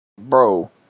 Bro